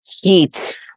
heat